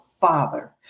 Father